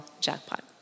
jackpot